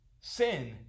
Sin